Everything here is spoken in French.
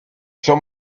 son